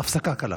הפסקה קלה.